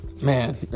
man